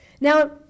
Now